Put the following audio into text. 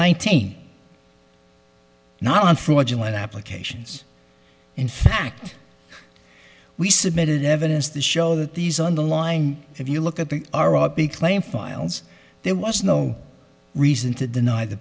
nineteen not fraudulent applications in fact we submitted evidence to show that these on the line if you look at the big claim files there was no reason to deny the